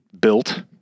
built